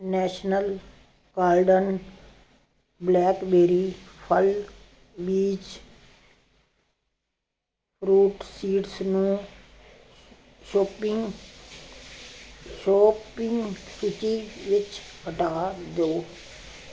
national garden blackberry ਫਲ ਬੀਜ fruit seeds ਨੂੰ ਸ਼ੋਪਿੰਗ ਸ਼ੋਪਿੰਗ ਸੂਚੀ ਵਿੱਚ ਹਟਾ ਦਿਓ